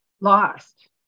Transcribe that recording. lost